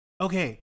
Okay